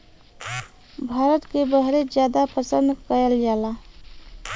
भारत के बहरे जादा पसंद कएल जाला